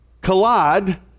collide